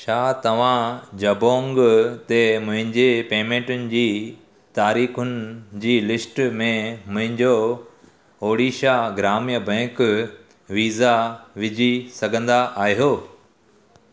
छा तव्हां जबोंग ते मुंहिंजे पेमेंटुनि जी तारीख़ुनि जी लिस्ट में मुंहिंजो ओडिशा ग्राम्य बैंक वीज़ा विझी सघंदा आहियो